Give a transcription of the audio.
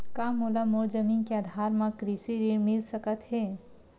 का मोला मोर जमीन के आधार म कृषि ऋण मिल सकत हे?